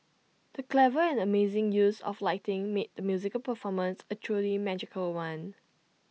the clever and amazing use of lighting made the musical performance A truly magical one